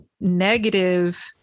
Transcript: negative